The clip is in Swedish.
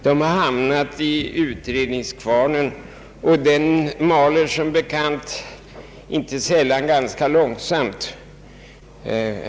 De har hamnat i utredningskvarnen och den mal som bekant ofta ganska långsamt.